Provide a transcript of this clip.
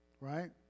right